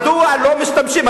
מדוע לא משתמשים,